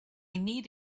need